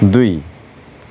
दुई